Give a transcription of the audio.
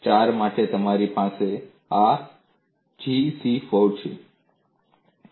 4 માટે તમારી પાસે આ G c4 છે